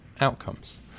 outcomes